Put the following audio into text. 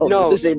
no